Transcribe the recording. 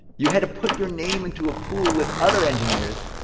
you had to put your name into a pool with other engineers.